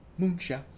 moonshots